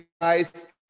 guys